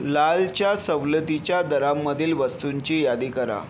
लालच्या सवलतीच्या दरांमधील वस्तूंची यादी करा